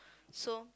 so